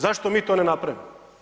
Zašto mi to ne napravimo?